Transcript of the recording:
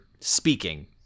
speaking